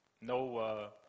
no